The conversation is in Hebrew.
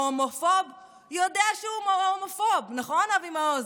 ההומופוב יודע שהוא הומופוב, נכון, אבי מעוז?